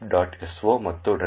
so ಮತ್ತು driver